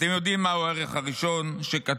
אתם יודעים מה הוא הערך הראשון שכתוב?